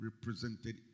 represented